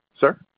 Sir